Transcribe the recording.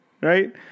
right